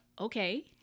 Okay